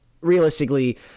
realistically